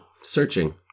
Searching